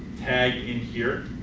tag in here,